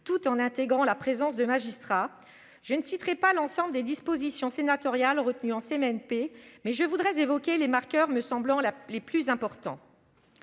tout en intégrant la présence de magistrats. Je ne citerai pas l'ensemble des dispositions sénatoriales retenues en commission mixte paritaire, mais je voudrais évoquer les marqueurs me semblant les plus importants.